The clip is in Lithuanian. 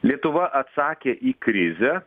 lietuva atsakė į krizę